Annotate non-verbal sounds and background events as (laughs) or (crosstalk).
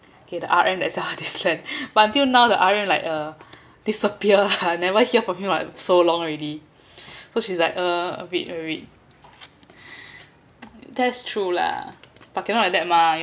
okay the R_M that sell her this plan but until now the R_M like uh (laughs) disappear lah I never hear from him like so long already so she's like a bit worried (noise) that's true lah but cannot like that mah